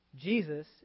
Jesus